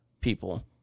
people